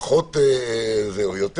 פחות או יותר